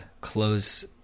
close